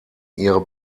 ihre